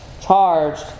charged